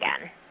again